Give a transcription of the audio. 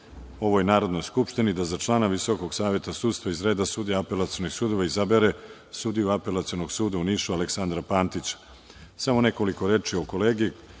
ovoj Narodnoj skupštini da za člana Visokog saveta sudstva iz reda sudija apelacionih sudova izabere sudiju Apelacionog suda u Nišu Aleksandra Pantića. Samo nekoliko reči o kolegi.